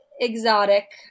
exotic